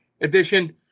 edition